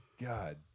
God